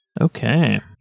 Okay